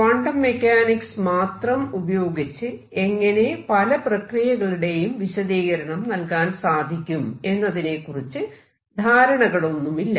quantum mechanics മാത്രം ഉപയോഗിച്ച് എങ്ങനെ പല പ്രക്രിയകളുടെയും വിശദീകരണം നൽകാൻ സാധിക്കും എന്നതിനെക്കുറിച്ച് ധാരണകളൊന്നുമില്ല